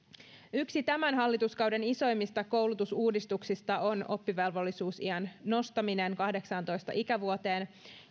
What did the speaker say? yksi tämän hallituskauden isoimmista koulutusuudistuksista on oppivelvollisuusiän nostaminen kahdeksaantoista ikävuoteen